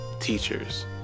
teachers